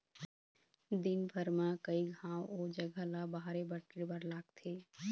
दिनभर म कइ घांव ओ जघा ल बाहरे बटरे बर लागथे